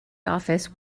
office